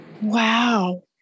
wow